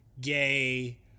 gay